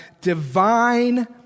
divine